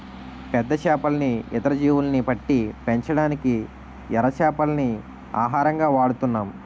పెద్ద చేపల్ని, ఇతర జీవుల్ని పట్టి పెంచడానికి ఎర చేపల్ని ఆహారంగా వాడుతున్నాం